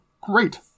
Great